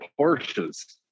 porsches